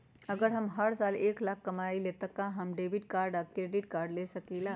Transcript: अगर हम हर साल एक लाख से कम कमावईले त का हम डेबिट कार्ड या क्रेडिट कार्ड ले सकीला?